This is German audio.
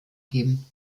geben